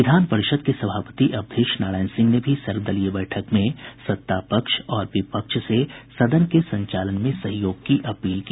विधान परिषद के सभापति अवधेश नारायण सिंह ने भी सर्वदलीय बैठक में सत्तापक्ष और विपक्ष से सदन के संचालन में सहयोग की अपील की